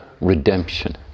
Redemption